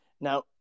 now